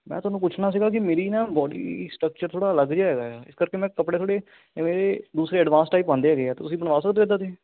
ਮੈਂ ਤੁਹਾਨੂੰ ਪੁੱਛਣਾ ਸੀਗਾ ਕਿ ਮੇਰੀ ਨਾ ਬੋਡੀ ਸਟਰਕਚਰ ਥੋੜ੍ਹਾ ਅਲੱਗ ਜਿਹਾ ਹੈਗਾ ਹੈ ਇਸ ਕਰਕੇ ਮੈਂ ਕੱਪੜੇ ਥੋੜ੍ਹੇ ਇਹ ਦੂਸਰੇ ਅਡਵਾਂਸ ਟਾਈਪ ਪਾਉਂਦੇ ਹੈਗੇ ਹੈ ਤੁਸੀਂ ਬਣਵਾ ਸਕਦੇ ਹੋ ਇੱਦਾਂ ਦੇ